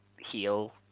heal